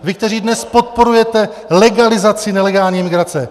Vy, kteří dnes podporujete legalizaci nelegální migrace!